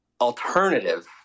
alternative